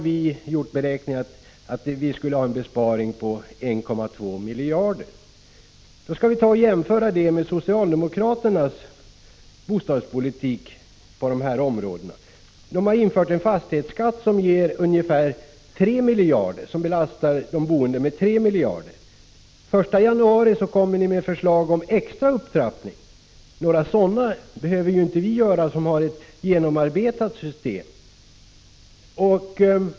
Vi har beräknat att kunna göra en besparing på 1,2 miljarder kronor, och vi kan jämföra det med socialdemokraternas bostadspolitik på dessa områden. Ni har infört en fastighetsskatt som belastar de boende med 3 miljarder kronor, och ni kommer med förslag om extra upptrappning av den garanterade räntan den 1 januari. Några sådana förslag behöver inte vi göra, som har ett genomarbetat system.